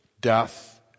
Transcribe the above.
death